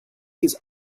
his